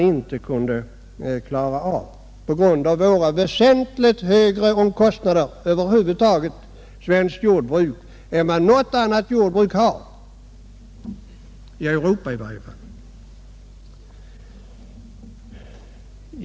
Svenskt jordbruk har ju över huvud taget väsentligt högre omkostnader än jordbruket i något annat land, åtminstone i Europa.